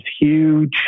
huge